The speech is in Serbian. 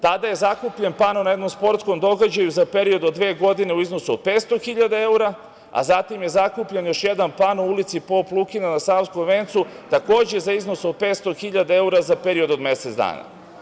Tada je zakupljen pano na jednom sportskom događaju za period od dve godine u iznosu od 500 hiljada evra, a zatim je zakupljen još jedan pano u ulici Pop Lukinoj na Savskom Vencu, takođe, za iznos od 500 hiljada evra za period od mesec dana.